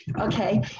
Okay